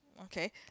okay